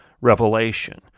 revelation